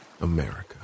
America